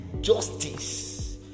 justice